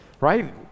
right